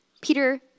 Peter